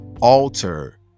alter